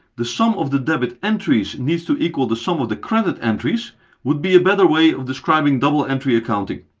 the sum of the debit entries needs to equal the sum of the credit entries would be a better way of describing double entry accounting.